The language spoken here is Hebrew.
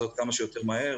המתווה.